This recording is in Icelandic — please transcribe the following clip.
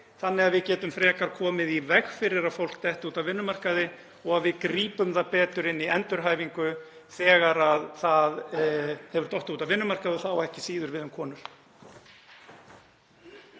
þannig að við getum frekar komið í veg fyrir að fólk detti út af vinnumarkaði og að við grípum það betur inni í endurhæfingu þegar það hefur dottið út af vinnumarkaði og það á ekki síður við um konur.